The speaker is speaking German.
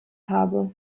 habe